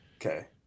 Okay